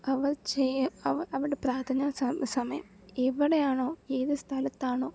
അവർ അവർ അവരുടെ പ്രാർത്ഥനാ സമയം എവിടെയാണോ ഏത് സ്ഥലത്താണോ